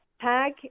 Tag